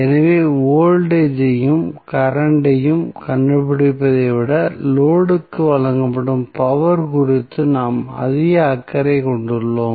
எனவே வோல்டேஜ் ஐயும் கரண்ட் ஐயும் கண்டுபிடிப்பதை விட லோடு க்கு வழங்கப்படும் பவர் குறித்து நாம் அதிக அக்கறை கொண்டுள்ளோம்